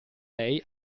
lei